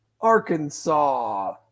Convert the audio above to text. Arkansas